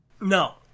no